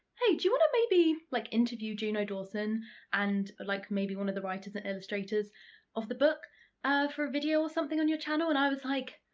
hey, do you wanna maybe like interview juno dawson and like maybe one of the writers and illustrators of the book for a video or something on your channel, and i was like,